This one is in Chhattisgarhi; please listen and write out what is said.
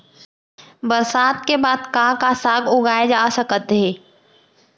बरसात के बाद का का साग उगाए जाथे सकत हे?